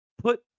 put